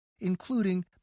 including